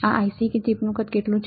આ IC કે ચિપનુ કદ કેટલુ છે